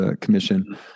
commission